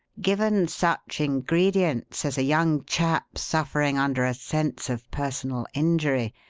given such ingredients as a young chap suffering under a sense of personal injury,